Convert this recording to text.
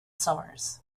summers